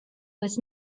was